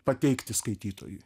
pateikti skaitytojui